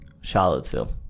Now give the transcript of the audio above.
Charlottesville